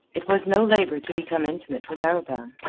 it was no labor to become intimate with arobin.